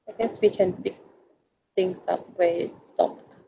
I guess we can pick things up where it stopped